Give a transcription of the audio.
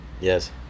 Yes